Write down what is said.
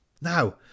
now